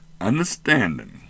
understanding